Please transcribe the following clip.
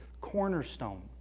cornerstone